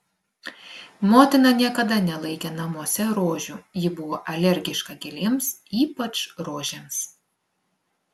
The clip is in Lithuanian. motina niekada nelaikė namuose rožių ji buvo alergiška gėlėms ypač rožėms